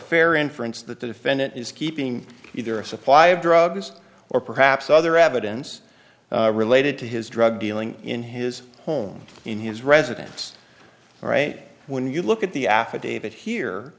that the defendant is keeping either a supply of drugs or perhaps other evidence related to his drug dealing in his home in his residence all right when you look at the affidavit here